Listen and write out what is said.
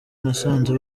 nasanze